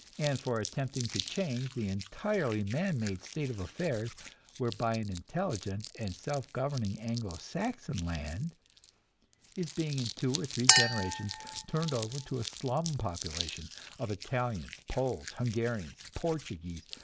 and for attempting to change the entirely man-made state of affairs whereby an intelligent and self-governing anglo-saxon land is being in two or three generations turned over to a slum population of italians, poles, hungarians, portuguese,